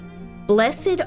Blessed